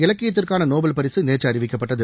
இலக்கியத்திற்கான Nobel பரிசு நேற்று அறிவிக்கப்பட்டது